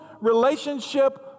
relationship